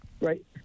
Right